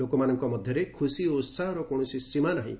ଲୋକମାନଙ୍କ ମଧ୍ୟରେ ଖୁସି ଓ ଉତ୍ସାହର କୌଣସି ସୀମା ନାହିଁ